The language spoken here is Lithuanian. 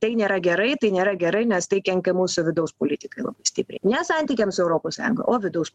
tai nėra gerai tai nėra gerai nes tai kenkia mūsų vidaus politikai stipriai ne santykiam su europos sąjunga o vidaus